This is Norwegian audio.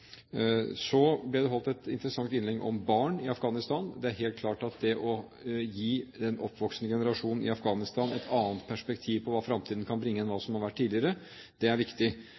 Så ble det holdt et interessant innlegg om barn i Afghanistan. Det er helt klart at å gi den oppvoksende generasjon i Afghanistan et annet perspektiv på hva fremtiden kan bringe enn hva som har vært vanlig tidligere, er viktig.